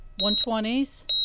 120s